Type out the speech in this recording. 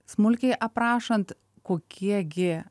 smulkiai aprašant kokie gi